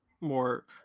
more